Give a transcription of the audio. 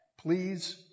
Please